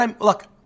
Look